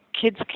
kids